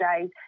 days